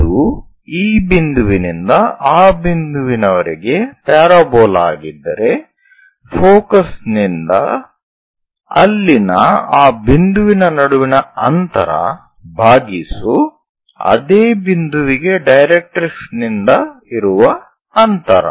ಇದು ಈ ಬಿಂದುವಿನಿಂದ ಆ ಬಿಂದುವಿನ ವರೆಗೆ ಪ್ಯಾರಾಬೋಲಾ ಆಗಿದ್ದರೆ ಫೋಕಸ್ ನಿಂದ ಅಲ್ಲಿನ ಆ ಬಿಂದುವಿನ ನಡುವಿನ ಅಂತರ ಭಾಗಿಸು ಅದೇ ಬಿಂದುವಿಗೆ ಡೈರೆಕ್ಟ್ರಿಕ್ಸ್ ನಿಂದ ಇರುವ ಅಂತರ